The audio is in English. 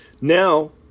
Now